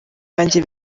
banjye